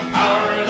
power